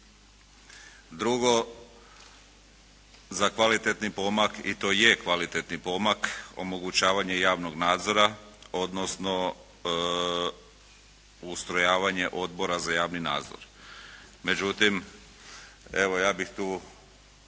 Drugo, za kvalitetni pomak, i to je kvalitetni pomak omogućavanje javnog nadzora, odnosno ustrojavanje odbora za javni nadzor. Međutim, evo ja bih tu